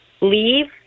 leave